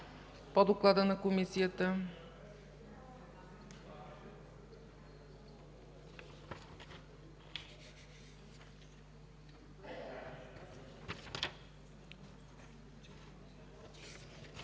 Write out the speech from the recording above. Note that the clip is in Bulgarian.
по доклада на Комисията.